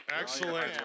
Excellent